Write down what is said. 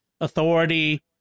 authority